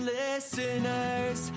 listeners